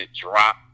drop